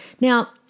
Now